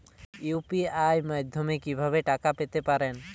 UPI মাধ্যমে কি ভাবে টাকা পেতে পারেন?